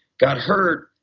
got hurt,